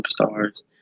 superstars